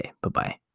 Bye-bye